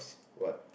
what